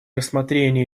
рассмотрения